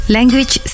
Language